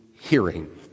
hearing